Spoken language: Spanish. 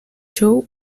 show